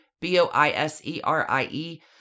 B-O-I-S-E-R-I-E